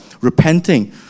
repenting